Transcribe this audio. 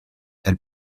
elle